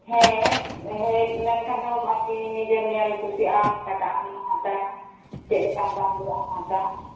ᱦᱮᱸ ᱦᱮᱡᱞᱮᱱ ᱠᱷᱟᱱ ᱟᱨᱠᱤ ᱱᱤᱡᱮᱛᱮᱢ ᱧᱮᱞ ᱠᱩᱥᱤᱜ ᱟᱢ ᱚᱠᱟᱴᱟᱜ ᱮᱢ ᱦᱟᱛᱟᱣᱟ ᱪᱮᱫᱞᱮᱠᱟᱱ ᱫᱟᱢ ᱨᱮᱭᱟᱜ ᱮᱢ ᱦᱟᱛᱟᱣᱟ